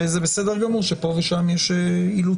זה בסדר גמור שפה ושם יש אילוצים.